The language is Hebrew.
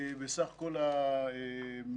בסך כל המאומתים?